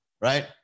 right